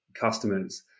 customers